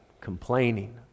complaining